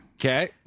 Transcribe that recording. Okay